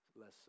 less